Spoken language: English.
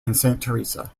theresa